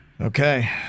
okay